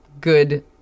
good